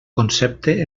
concepte